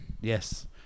Yes